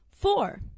Four